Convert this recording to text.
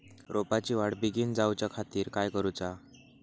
रोपाची वाढ बिगीन जाऊच्या खातीर काय करुचा?